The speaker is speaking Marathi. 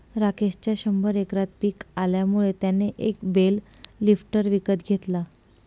राकेशच्या शंभर एकरात पिक आल्यामुळे त्याने एक बेल लिफ्टर विकत घेतला